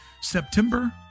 September